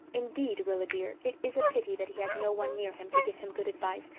indeed, rilla dear, it is a pity that he has no one near him to give him good advice,